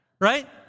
right